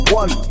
one